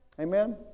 amen